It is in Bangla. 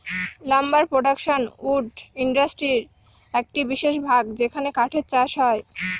লাম্বার প্রডাকশন উড ইন্ডাস্ট্রির একটি বিশেষ ভাগ যেখানে কাঠের চাষ হয়